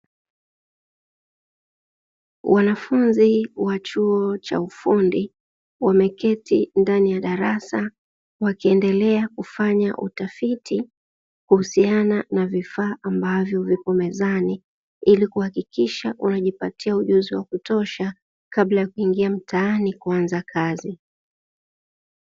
Wanafunzi wa chuo cha ufundi wameketi ndani ya darasa, wakiendelea kufanya utafiti kuhusiana na vifaa ambavyo vipo mezani, ili kuhakikisha wanajipatia ujuzi wa kutosha kabla ya kuingia mtaani kuanza kazi.